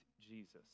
Jesus